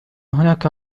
هناك